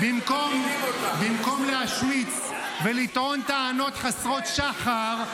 במקום להשמיץ ולטעון טענות חסרות שחר,